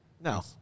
no